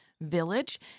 Village